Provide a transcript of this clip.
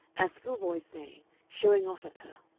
as school-boys say, showing off at her.